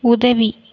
உதவி